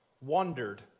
wondered